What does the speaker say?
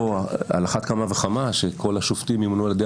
על אחת כמה וכמה שכל השופטים ימונו על ידי